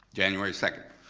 january second,